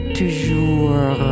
toujours